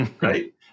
right